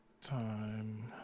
time